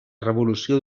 revolució